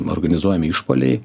organizuojami išpuoliai